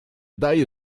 daje